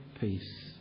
Peace